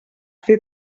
fer